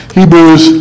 Hebrews